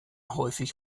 häufig